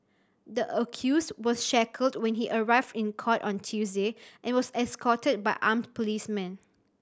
the accused was shackled when he arrived in court on Tuesday and was escorted by armed policemen